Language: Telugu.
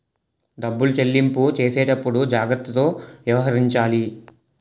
డబ్బులు చెల్లింపు చేసేటప్పుడు జాగ్రత్తతో వ్యవహరించాలి